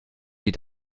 sie